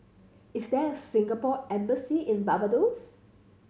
is there a Singapore Embassy in Barbados